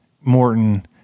Morton